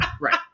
right